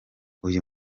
uyu